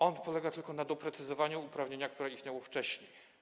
On polega tylko na doprecyzowaniu uprawnienia, które istniało wcześniej.